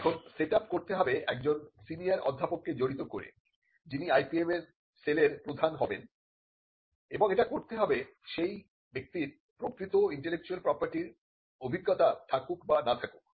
এখন set up করতে হবে একজন সিনিয়ার অধ্যাপককে জড়িত করে যিনি IPM সেলের প্রধান হবেন এবং এটা করতে হবে সেই ব্যক্তির প্রকৃত ইন্টেলেকচুয়াল প্রপার্টির অভিজ্ঞতা থাকুক বা না থাকুক